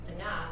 enough